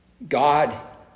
God